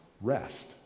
rest